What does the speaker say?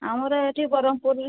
ଆମର ଏଠି ପୁରରେ